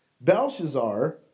Belshazzar